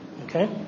Okay